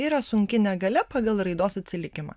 yra sunki negalia pagal raidos atsilikimą